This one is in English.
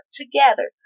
together